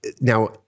now